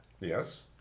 yes